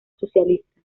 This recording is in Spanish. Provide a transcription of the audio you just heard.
socialista